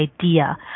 idea